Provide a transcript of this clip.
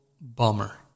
bummer